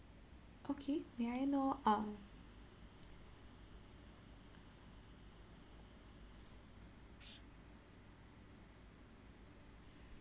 okay may I know um